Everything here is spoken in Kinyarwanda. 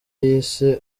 yise